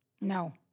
No